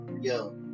Yo